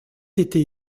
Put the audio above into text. été